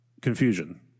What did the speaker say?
confusion